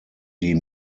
die